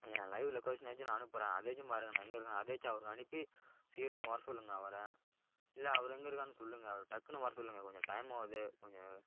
என் live லொக்கேஷனை ஆச்சும் நான் அனுப்புறேன் அதையாச்சும் பாருங்கள் நான் எங்கே இருக்கிறேன் அதையாச்சும் அவருக்கு அனுப்பி சீக்கிரமாக வர சொல்லுங்கள் அவரை இல்லை அவரு எங்கே இருக்காருனு சொல்லுங்கள் அவரை டக்குனு வர சொல்லுங்கள் கொஞ்சம் டைம் ஆகுது கொஞ்சம்